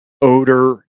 odor